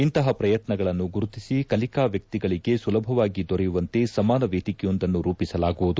ಇಂತಹ ಪ್ರಯತ್ಯಗಳನ್ನು ಗುರುತಿಸಿ ಕಲಿಕಾ ವ್ಯಕ್ಷಗಳಗೆ ಸುಲಭವಾಗಿ ದೊರೆಯುವಂತೆ ಸಮಾನ ವೇದಿಕೆಯೊಂದನ್ನು ರೂಪಿಸಲಾಗುವುದು